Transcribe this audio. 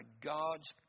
God's